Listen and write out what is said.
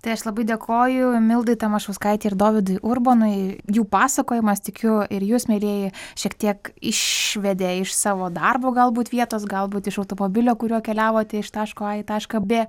tai aš labai dėkoju mildai tamašauskaitei ir dovydui urbonui jų pasakojimas tikiu ir jūs mielieji šiek tiek išvedė iš savo darbo galbūt vietos galbūt iš automobilio kuriuo keliavote iš taško a į tašką bė